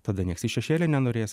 tada niekas į šešėlį nenorės